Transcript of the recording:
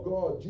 God